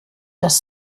dass